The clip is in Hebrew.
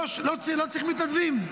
לא צריך מתנדבים.